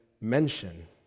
mention